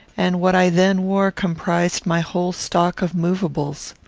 and what i then wore comprised my whole stock of movables.